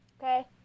Okay